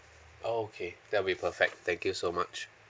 oh okay that'll be perfect thank you so much